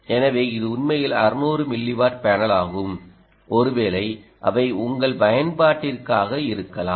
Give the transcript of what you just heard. எனவே இது உண்மையில் 600 மில்லிவாட் பேனலாகும் ஒருவேளை அவை உங்கள் பயன்பாட்டிற்காக இருக்கலாம்